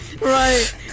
right